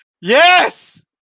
Yes